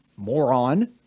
moron